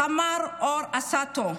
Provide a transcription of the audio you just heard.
סמ"ר אור אסתו,